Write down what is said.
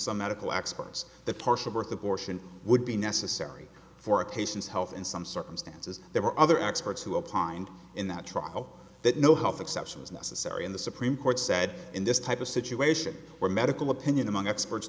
some medical experts the partial birth abortion would be necessary for a patient's health in some circumstances there were other experts who upon and in the trial that no health exception was necessary in the supreme court said in this type of situation where medical opinion among experts